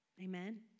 Amen